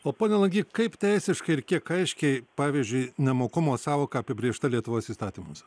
o pone langy kaip teisiškai ir kiek aiškiai pavyzdžiui nemokumo sąvoka apibrėžta lietuvos įstatymuose